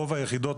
רוב היחידות,